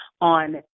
on